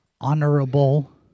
honorable